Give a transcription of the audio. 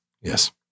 Yes